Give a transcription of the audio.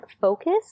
focus